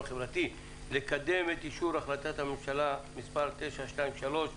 חברתי לקדם את אישור החלטת הממשלה מס' 923,